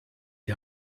die